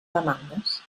demandes